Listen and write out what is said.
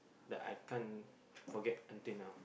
that I can't forgot until now